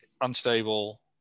unstable